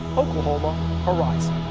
oklahoma horizon.